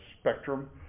spectrum